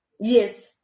Yes